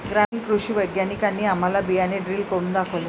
ग्रामीण कृषी वैज्ञानिकांनी आम्हाला बियाणे ड्रिल करून दाखवले